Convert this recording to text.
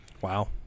Wow